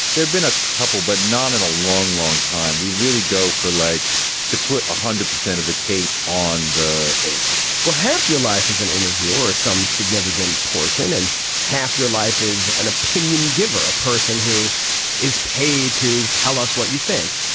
there've been a couple, but not in a long, long time. we really go for like to put one hundred percent of the tape on the air well, half your life is an interview or some significant portion. and half your life is an opinion giver, a person who is paid to tell us what you think.